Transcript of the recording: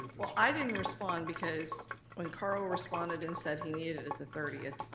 well i didn't respond because when carl responded and said he needed it the thirty,